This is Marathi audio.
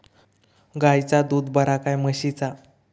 गायचा दूध बरा काय म्हशीचा?